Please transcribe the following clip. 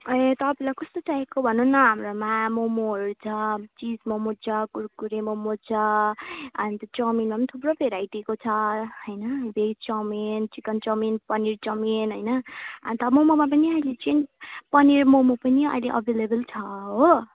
ए तपाईँलाई कस्तो चाहिएको भन्नु न हाम्रोमा मोमोहरू छ चिज मोमो छ कुरकुरे मोमो छ अन्त चौमिनमा पनि थुप्रो भेराइटीको छ होइन veg chow mein chicken chow mein paneer chow mein होइन अन्त मोमोमा पनि अहिले चाहिँ पनिर मोमो पनि अहिले एभाइलेबल छ हो